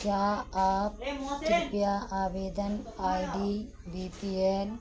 क्या आप कृपया आवेदन I D V P N